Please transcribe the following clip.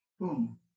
boom